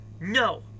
No